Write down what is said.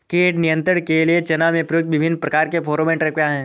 कीट नियंत्रण के लिए चना में प्रयुक्त विभिन्न प्रकार के फेरोमोन ट्रैप क्या है?